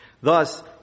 Thus